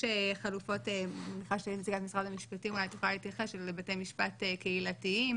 יש חלופות של בתי משפט קהילתיים.